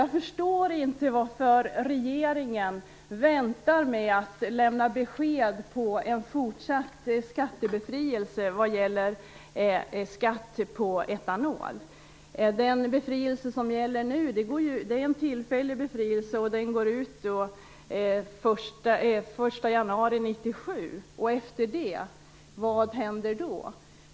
Jag förstår inte varför regeringen väntar med att lämna besked om en fortsatt skattebefrielse vad gäller skatt på etanol. Den befrielse som gäller nu är tillfällig och går ut den 1 januari 1997. Vad händer efter det?